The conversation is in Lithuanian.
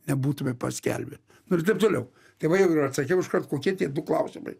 nebūtume paskelbę ir taip toliau tai va jau ir atsakiau iškart kokie tie du klausimai